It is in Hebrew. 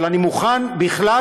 אבל אני מוכן בכלל,